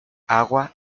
agua